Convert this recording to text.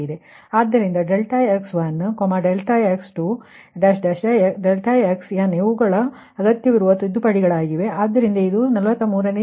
ಆದ್ದರಿಂದ ∆x1 ∆x2∆xn ಇವುಗಳು ಅಗತ್ಯವಿರುವ ತಿದ್ದುಪಡಿಗಳಾಗಿವೆ